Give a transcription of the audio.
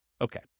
Okay